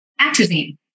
Atrazine